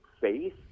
face